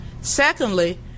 Secondly